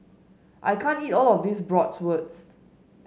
I can't eat all of this Bratwurst